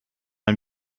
ein